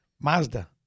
Mazda